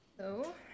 Hello